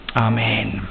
Amen